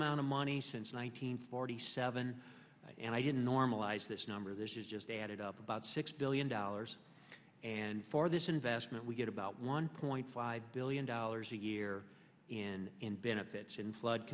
amount of money since one nine hundred forty seven and i didn't normalize this number this is just added up about six billion dollars and for this investment we get about one point five billion dollars a year in benefits and flood